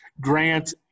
Grant